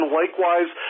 likewise